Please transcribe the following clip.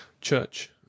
CHURCH